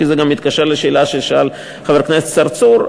כי זה גם מתקשר לשאלה ששאל חבר הכנסת צרצור,